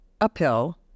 uphill